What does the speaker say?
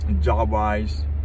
job-wise